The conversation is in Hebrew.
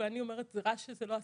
ואני אומרת שזה רע שהם לא עשו.